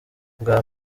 bwa